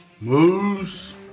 Moose